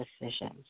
decisions